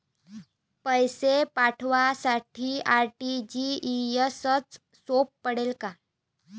पैसे पाठवासाठी आर.टी.जी.एसचं सोप पडते का?